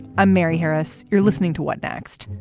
um mary harris, you're listening to what next.